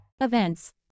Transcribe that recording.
Events